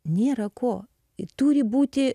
nėra ko ji turi būti